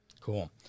Cool